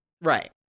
Right